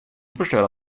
förstöra